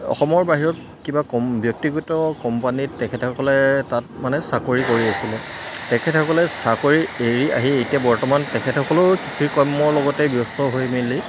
অসমৰ বাহিৰত কিবা কম ব্যক্তিগত কোম্পানীত তেখেতসকলে তাত মানে চাকৰি কৰি আছিলে তেখেতসকলে চাকৰি এৰি আহি এতিয়া বৰ্তমান তেখেতসকলেও কৃষি কৰ্মৰ লগতে ব্যস্ত হৈ মেলি